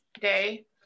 day